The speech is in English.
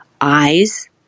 eyes